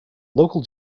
local